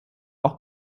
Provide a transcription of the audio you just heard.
auch